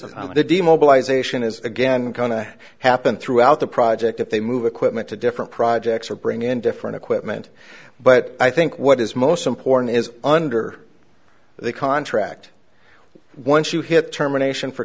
of the demobilization is again going to happen throughout the project if they move equipment to different projects or bring in different equipment but i think what is most important is under the contract once you hit terminations for